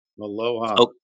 Aloha